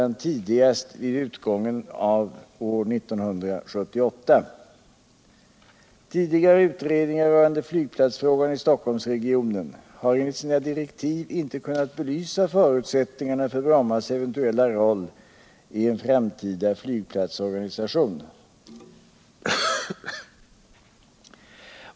Tidigare utredningar rörande flygplatsfrågan i Stockholmsregionen har enligt sina direktiv inte kunnat belysa förutsättningarna för Brommas eventuella roll i en framtida flygplatsorganisation.